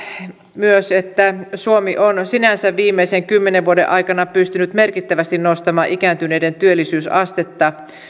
myös että suomi on on sinänsä viimeisten kymmenen vuoden aikana pystynyt merkittävästi nostamaan ikääntyneiden työllisyysastetta